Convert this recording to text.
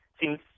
seems